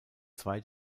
zwei